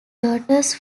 daughters